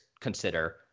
consider